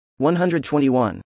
121